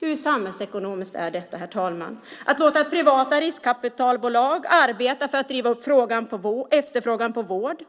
Hur samhällsekonomiskt är det, herr talman, att låta privata riskkapitalbolag arbeta för att driva upp efterfrågan på vård?